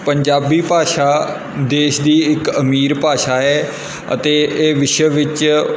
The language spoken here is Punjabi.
ਪੰਜਾਬੀ ਭਾਸ਼ਾ ਦੇਸ਼ ਦੀ ਇੱਕ ਅਮੀਰ ਭਾਸ਼ਾ ਹੈ ਅਤੇ ਇਹ ਵਿਸ਼ਵ ਵਿੱਚ